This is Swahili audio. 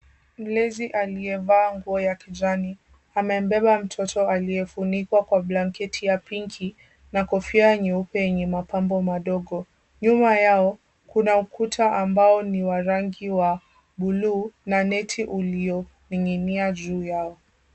Mlezi aliyevaa nguo ya kijani amembeba mtoto aliyefunikwa kwa blanketi ya pinki na kofia nyeupe yenye mapambo madogo. Nyuma yao kuna ukuta ambao ni wa rangi ya buluu na neti ulioning'inia juu yao.